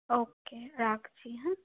ওকে রাখছি হ্যাঁ